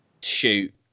shoot